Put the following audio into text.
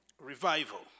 revival